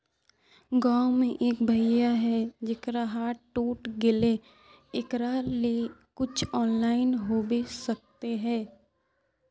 गाँव में एक भैया है जेकरा हाथ टूट गले एकरा ले कुछ ऑनलाइन होबे सकते है?